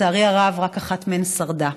לצערי הרב רק אחת מהן שרדה,